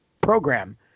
program